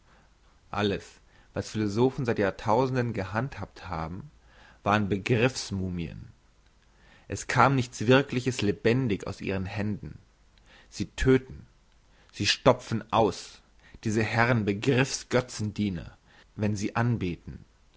alles was philosophen seit jahrtausenden gehandhabt haben waren begriffs mumien es kam nichts wirkliches lebendig aus ihren händen sie tödten sie stopfen aus diese herren begriffs götzendiener wenn sie anbeten